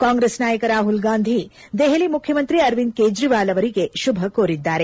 ಕಾಂಗ್ರೆಸ್ ನಾಯಕ ರಾಮಲ್ ಗಾಂಧಿ ದೆಹಲಿ ಮುಖ್ಯಮಂತ್ರಿ ಅರವಿಂದ ಕೇಜ್ರಿವಾಲ್ ಅವರಿಗೆ ಶುಭ ಕೋರಿದ್ದಾರೆ